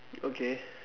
okay